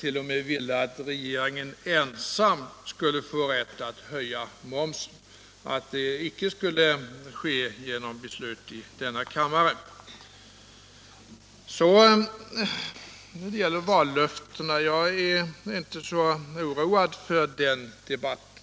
t.o.m. ville att regeringen ensam skulle få rätt att höja momsen — att det icke skulle ske genom beslut i denna kammare. När det gäller vallöftena är jag inte så oroad för den debatten.